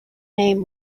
name